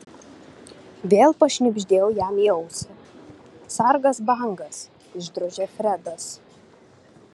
vėl pašnibždėjau jam į ausį sargas bangas išdrožė fredas